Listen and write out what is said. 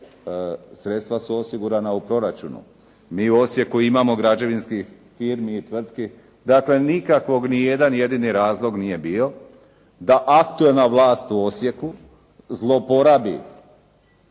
sredstva su osigurana u proračunu. Mi u Osijeku imamo građevinskih firmi i tvrtki, dakle nikakvog nijedan jedini razlog nije bio da aktualna vlas u Osijeku zloporabi